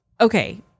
okay